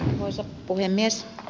arvoisa puhemies